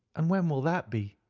and when will that be?